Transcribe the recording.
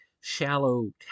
shallow